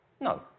No